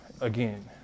again